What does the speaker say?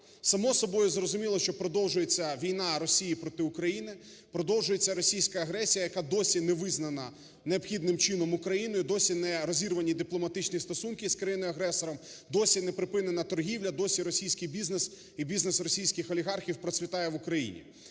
Само собою зрозуміло, що продовжується війна Росії проти України, продовжується російська агресія, яка досі невизнана необхідним чином Україною, досі нерозірвані дипломатичні стосунки з країною агресором, досі не припинена торгівля, досі російській бізнес і бізнес російських олігархів процвітає в Україні.